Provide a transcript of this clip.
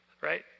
Right